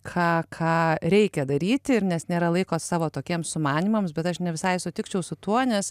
ką ką reikia daryti ir nes nėra laiko savo tokiems sumanymams bet aš ne visai sutikčiau su tuo nes